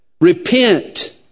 repent